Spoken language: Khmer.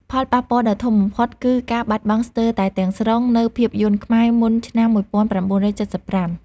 ផលប៉ះពាល់ដ៏ធំបំផុតគឺការបាត់បង់ស្ទើរតែទាំងស្រុងនូវភាពយន្តខ្មែរមុនឆ្នាំ ១៩៧៥។